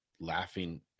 laughing